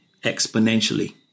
exponentially